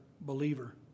believer